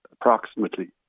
approximately